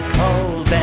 cold